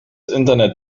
internet